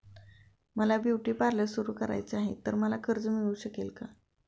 मला beauty parlour सुरू करायचे आहे तर मला कर्ज मिळू शकेल का?